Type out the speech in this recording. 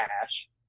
cash